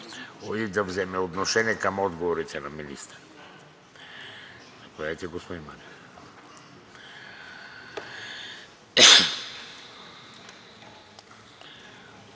и да вземе отношение към отговорите на министъра. Заповядайте, господин Манев.